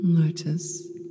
Notice